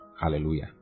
Hallelujah